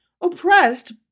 oppressed